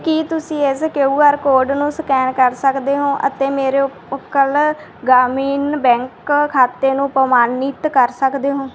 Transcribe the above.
ਕੀ ਤੁਸੀਂਂ ਇਸ Q R code ਨੂੰ ਸਕੈਨ ਕਰ ਸਕਦੇ ਹੋ ਅਤੇ ਮੇਰੇ ਉਤਕਲ ਗ੍ਰਾਮੀਣ ਬੈਂਕ ਖਾਤੇ ਨੂੰ ਪ੍ਰਮਾਣਿਤ ਕਰ ਸਕਦੇ ਹੋ